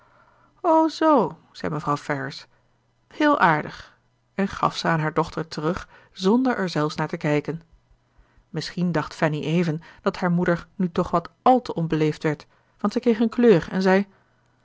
o zoo zei mevrouw ferrars heel aardig en gaf ze aan haar dochter terug zonder er zelfs naar te kijken misschien dacht fanny even dat haar moeder nu toch wat àl te onbeleefd werd want zij kreeg een kleur en zei